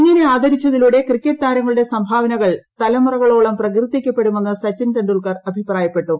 ഇങ്ങനെ ആദരിച്ചതിലൂടെ ക്രിക്കറ്റ് താരങ്ങളുടെ സംഭാവനകൾ തലമുറകളോളം പ്രക്രീർത്തിക്കപ്പെടുമെന്ന് സച്ചിൻ തെണ്ടുൽക്കർ അഭിപ്രായപ്പെട്ടു